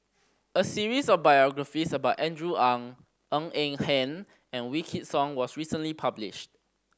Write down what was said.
a series of biographies about Andrew Ang Ng Eng Hen and Wykidd Song was recently published